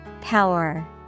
power